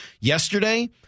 Yesterday